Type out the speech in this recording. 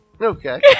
Okay